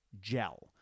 gel